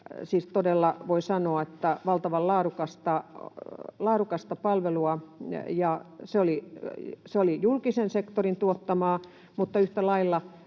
siis todella voin sanoa, että valtavan laadukasta palvelua, ja se oli julkisen sektorin tuottamaa, mutta yhtä lailla,